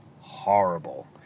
horrible